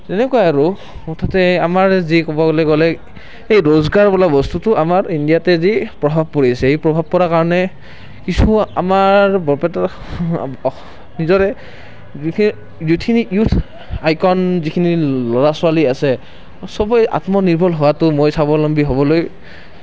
তেনেকুৱাই আৰু মুঠতে আমাৰ যি ক'বলৈ গ'লে এই ৰোজগাৰ বোলা বস্তুটো আমাৰ ইণ্ডিয়াতে যি প্ৰভাৱ পৰিছে এই প্ৰভাৱ পৰাৰ কাৰণে কিছু আমাৰ বৰপেটাৰ নিজৰে যিখিনি ইউথ আইকন যিখিনি ল'ৰা ছোৱালী আছে সবেই আত্মনিৰ্ভৰ হোৱাটো মই স্বাৱলম্বী হ'বলৈ